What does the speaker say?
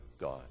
God